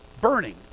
burning